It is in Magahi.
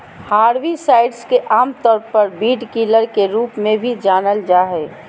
हर्बिसाइड्स के आमतौर पर वीडकिलर के रूप में भी जानल जा हइ